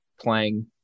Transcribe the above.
playing